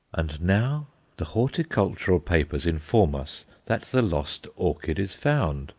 and now the horticultural papers inform us that the lost orchid is found,